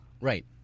Right